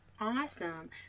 Awesome